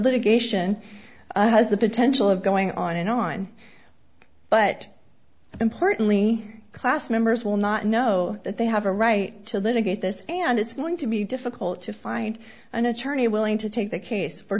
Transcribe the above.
litigation has the potential of going on and on but importantly class members will not know that they have a right to litigate this and it's going to be difficult to find an attorney willing to take the case for